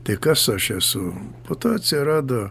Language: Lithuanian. tai kas aš esu to atsirado